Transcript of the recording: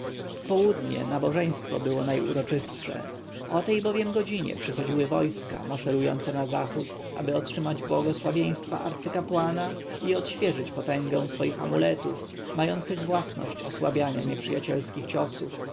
w południe nabożeństwo było najuroczystsze o tej bowiem godzinie przychodziły wojska maszerujące na zachód aby otrzymać błogosławieństwa arcykapłana i odświeżyć potęgę swoich amuletów mających własność osłabiania nieprzyjacielskich ciosów